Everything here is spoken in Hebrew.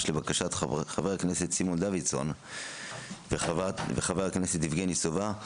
לבקשת חבר הכנסת סימון דוידסון וחבר הכנסת יבגני סובה.